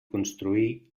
construir